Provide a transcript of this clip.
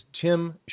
Tim